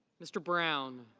mr. brown.